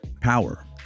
power